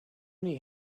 many